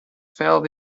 felt